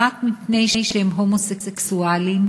רק מפני שהם הומוסקסואלים